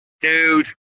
dude